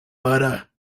butter